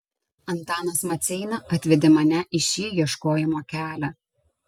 antanas maceina atvedė mane į šį ieškojimo kelią